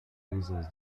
reasons